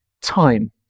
time